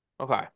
Okay